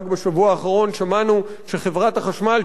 רק בשבוע האחרון שמענו שחברת החשמל,